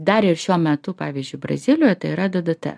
dar ir šiuo metu pavyzdžiui brazilijoj tai yra d d t